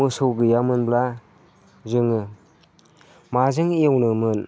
मोसौ गैयामोनब्ला जोङो माजों एवनोमोन